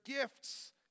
gifts